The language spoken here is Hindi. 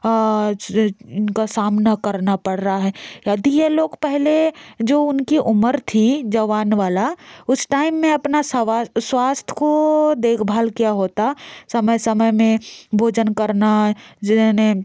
इनका सामना करना पड़ रहा है यदि ये लोग पहले जो उनकी उम्र थी जवान वाला उस टाइम में अपना सवाल स्वास्थ्य को देखभाल क्या होता समय समय में भोजन करना